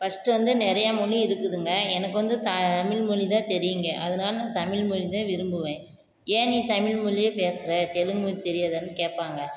first வந்து நிறையா மொழி இருக்குதுங்க எனக்கு வந்து தமிழ் மொழி தான் தெரியும்ங்க அதனால நான் தமிழ் மொழி தான் விரும்புவேன் ஏன் நீ தமிழ் மொழியே பேசுகிற தெலுங்கு மொழி தெரியாதான்னு கேட்பாங்க